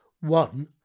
one